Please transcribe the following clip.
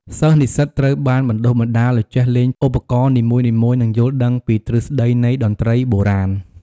សិស្សនិស្សិតត្រូវបានបណ្ដុះបណ្ដាលឱ្យចេះលេងឧបករណ៍នីមួយៗ និងយល់ដឹងពីទ្រឹស្ដីនៃតន្ត្រីបុរាណ។